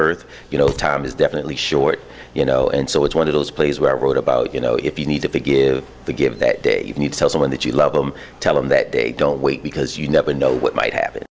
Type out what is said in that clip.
earth you know time is definitely short you know and so it's one of those plays where i wrote about you know if you need to give the give that you need to tell someone that you love them tell them that they don't wait because you never know what might happen